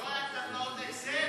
לא טבלאות "אקסל",